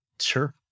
Sure